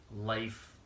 life